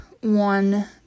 one